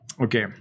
Okay